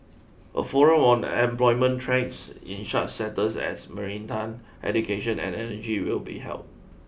a forum on employment trends in such sectors as maritime education and energy will be held